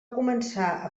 començar